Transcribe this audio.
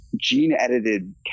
gene-edited